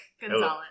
Gonzalez